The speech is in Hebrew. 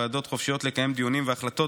הוועדות חופשיות לקיים דיונים והחלטות